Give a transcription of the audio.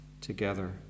together